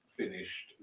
finished